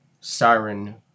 siren